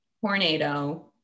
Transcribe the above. tornado